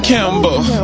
Campbell